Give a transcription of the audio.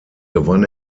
gewann